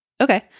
Okay